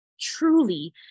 truly